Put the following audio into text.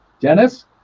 Dennis